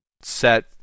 set